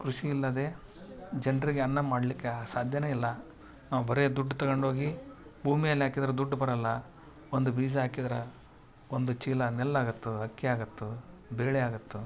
ಕೃಷಿ ಇಲ್ಲದೆ ಜನರಿಗೆ ಅನ್ನ ಮಾಡಲಿಕ್ಕೆ ಸಾದ್ಯನೆ ಇಲ್ಲ ನಾವು ಬರೆ ದುಡ್ಡು ತಗಂಡು ಹೋಗಿ ಭೂಮಿ ಮೇಲೆ ಹಾಕಿದ್ರ ದುಡ್ಡು ಬರಲ್ಲ ಒಂದು ಬೀಜ ಹಾಕಿದ್ದರೆ ಒಂದು ಚೀಲ ನೆಲ್ಲಾಗತ್ತು ಅಕ್ಕಿ ಆಗತ್ತು ಬೇಳೆ ಆಗತ್ತು